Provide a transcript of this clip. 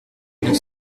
une